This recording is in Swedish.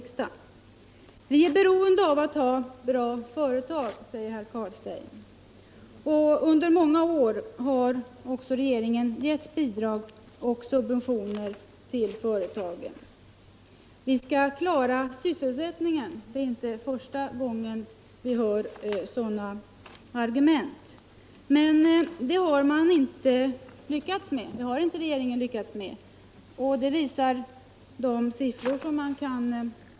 Vi är beroende av att ha bra företag, säger herr Carlstein. Under många år har regeringen också givit bidrag och subventioner till företagen. Det är inte första gången vi hör sådana argument som att vi skall klara sysselsättningen med det. Men det har regeringen inte lyckats med. Detta visar statistiken.